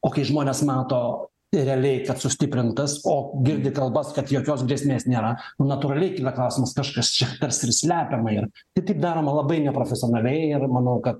o kai žmonės mato realiai kad sustiprintas o girdi kalbas kad jokios grėsmės nėra natūraliai kyla klausimas kažkas čia tarsi ir slepiama yra tai taip daroma labai neprofesionaliai ir manau kad